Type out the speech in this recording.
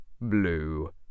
blue